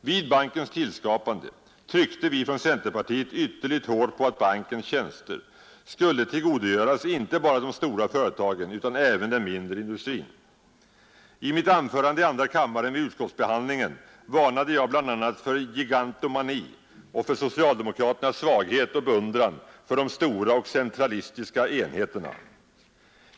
Vid bankens tillskapande tryckte vi från centerpartiet ytterligt hårt på att bankens tjänster skulle tillgodogöras icke bara de stora företagen utan även den mindre industrin. I mitt anförande i andra kammaren vid behandlingen av utskottsutlåtandet varnade jag bl.a. för gigantomani och för socialdemokraternas svaghet och beundran för de stora och centralistiska enheterna.